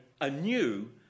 anew